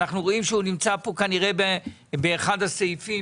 אנחנו רואים שהוא נמצא פה כנראה באחד הסעיפים